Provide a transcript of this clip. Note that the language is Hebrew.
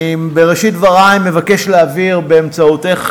בראשית דברי אני מבקש להעביר באמצעותך,